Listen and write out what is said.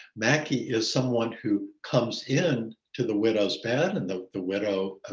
mackie is someone who comes in to the widow's band and the the widow, ah